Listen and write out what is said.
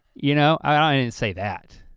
you know, i didn't say that.